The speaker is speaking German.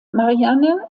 marianne